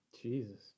Jesus